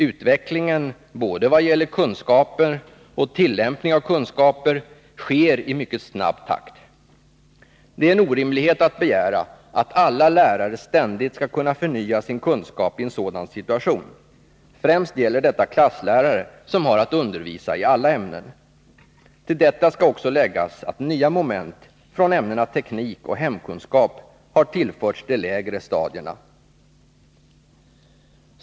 Utvecklingen, både vad gäller kunskaper och vad gäller tillämpningen av kunskaper, sker i mycket snabb takt. Det är en orimlighet att begära att alla lärare ständigt skall kunna förnya sin kunskap i en sådan situation. Främst gäller detta klasslärare, som har att undervisa i alla ämnen. Till detta skall också läggas att nya moment från ämnena teknik och hemkunskap har tillförts de lägre stadierna.